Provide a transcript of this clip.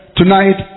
tonight